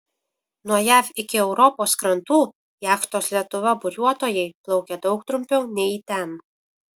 nuo jav iki europos krantų jachtos lietuva buriuotojai plaukė daug trumpiau nei į ten